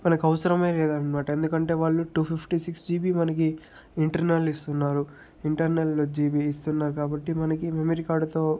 మనకి అవసరం లేదనమాట ఎందుకంటే వాళ్ళు టూ ఫిఫ్టీ సిక్స్ జీబీ మనకి ఇంటర్నల్ ఇస్తున్నారు ఇంటర్నల్ జీబీ ఇస్తున్నారు కాబట్టి మనకి మెమరీ కార్డుతో